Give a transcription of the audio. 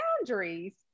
boundaries